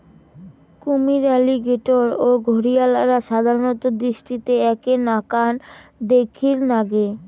কুমীর, অ্যালিগেটর ও ঘরিয়ালরা সাধারণত দৃষ্টিতে এ্যাকে নাকান দ্যাখির নাগে